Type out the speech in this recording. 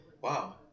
wow